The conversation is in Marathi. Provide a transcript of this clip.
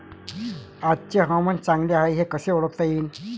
आजचे हवामान चांगले हाये हे कसे ओळखता येईन?